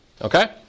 Okay